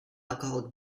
alcoholic